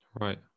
right